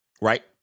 Right